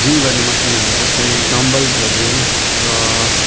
gym गर्ने मसिनहरू जस्तै डम्बल्सहरू र